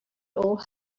old